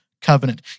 covenant